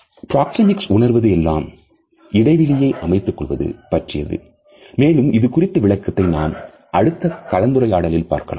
proxemics உணர்த்துவது எல்லாம் இடைவெளியை அமைத்துக் கொள்வது பற்றியது மேலும் இது குறித்த விளக்கத்தை நாம் அடுத்த கலந்துரையாடலில் பார்க்கலாம்